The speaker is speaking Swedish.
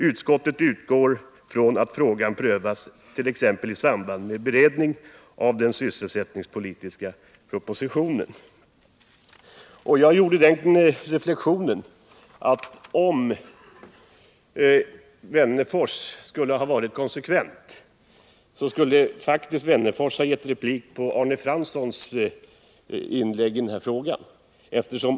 Utskottet utgår från att frågan prövas, t.ex. i samband med beredningen av den sysselsättningspolitiska propositionen.” Jag gjorde den reflexionen, att om herr Wennerfors skulle ha varit konsekvent, skulle han faktiskt ha replikerat på Arne Franssons inlägg i denna fråga.